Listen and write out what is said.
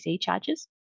charges